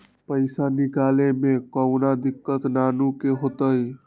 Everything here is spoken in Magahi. पईसा निकले में कउनो दिक़्क़त नानू न होताई?